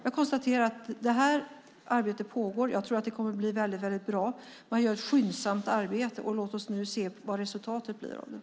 Jag konstaterar att det här arbetet pågår. Jag tror att det kommer att bli väldigt bra. Man gör ett skyndsamt arbete. Låt oss se vad resultatet blir av det.